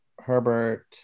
herbert